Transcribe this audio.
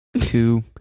two